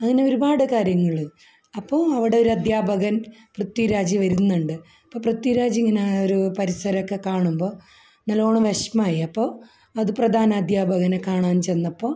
അങ്ങനെ ഒരുപാട് കാര്യങ്ങൾ അപ്പോൾ അവിടെ ഒരു അധ്യാപകൻ പൃഥ്വിരാജ് വരുന്നുണ്ട് അപ്പോൾ പൃഥ്വിരാജ് ഇങ്ങനെ പരിസരമൊക്കെ കാണുമ്പോൾ നല്ലോണം വിഷമായി അപ്പോൾ അത് പ്രധാനാധ്യാപകനെ കാണാൻ ചെന്നപ്പോൾ